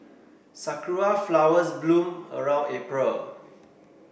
sakura flowers bloom around April